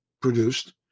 produced